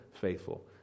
faithful